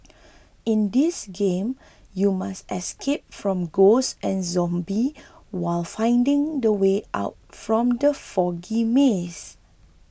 in this game you must escape from ghosts and zombies while finding the way out from the foggy maze